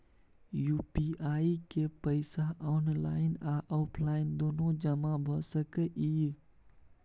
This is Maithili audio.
यु.पी.आई के पैसा ऑनलाइन आ ऑफलाइन दुनू जमा भ सकै इ?